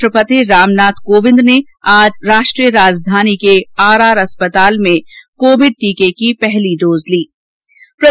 राष्ट्रपति रामनाथ कोविंद ने आज राष्ट्रीय राजधानी के आर आर अस्पताल में कोविड का पहला टीका लगवाया